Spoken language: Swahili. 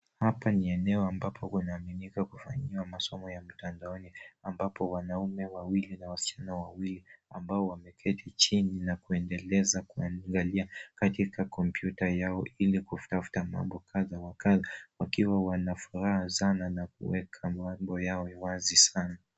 Hapa ni eneo ambako kunaaminika kufanywa masomo ya mtandaoni ambapo wanaume wawili na wasichana wawili ambao wameketi chini na kuendeleza kuangalia katika kompyuta yao ili kutafuta mambo kadha wa kadha wakiwa wanafuraha sana na kuweka mambo yao wazi sana.